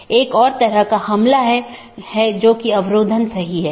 ये IBGP हैं और बहार वाले EBGP हैं